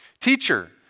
Teacher